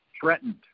threatened